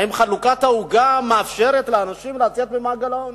האם חלוקת העוגה מאפשרת לאנשים לצאת ממעגל העוני?